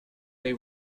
they